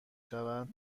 شود